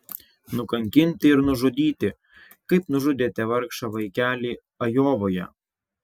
nukankinti ir nužudyti kaip nužudėte vargšą vaikelį ajovoje